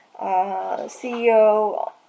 CEO